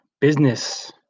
business